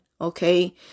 okay